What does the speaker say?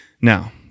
Now